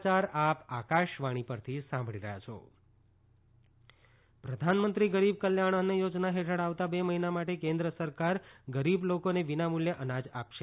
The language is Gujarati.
કેન્દ્ર અન્ન યોજના પ્રધાનમંત્રી ગરીબ કલ્યાણ અન્ન યોજના હેઠળ આવતા બે મહિના માટે કેન્દ્ર સરકાર ગરીબ લોકોને વિનામૂલ્યે અનાજ આપશે